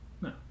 No